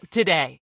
today